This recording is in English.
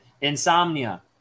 insomnia